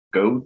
go